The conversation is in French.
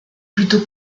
plutôt